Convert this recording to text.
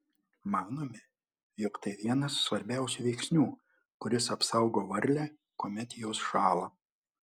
manome jog tai vienas svarbiausių veiksnių kuris apsaugo varlę kuomet jos šąla